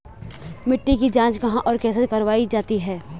मिट्टी की जाँच कहाँ और कैसे करवायी जाती है?